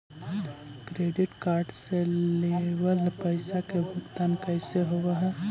Credit card से लेवल पैसा के भुगतान कैसे होव हइ?